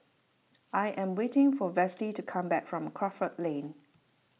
I am waiting for Vashti to come back from Crawford Lane